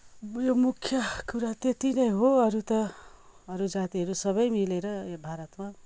यो मूख्य कुरा त्यत्ति नै हो अरू त अरू जातिहरू सबै मिलेर यो भारतमा